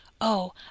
Oh